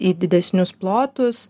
į didesnius plotus